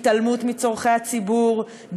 התעלמות מצורכי הציבור,